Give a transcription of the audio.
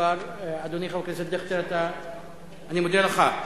אדוני חבר הכנסת דיכטר, אני מודה לך.